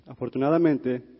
Afortunadamente